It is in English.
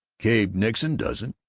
cabe nixon doesn't.